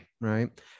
right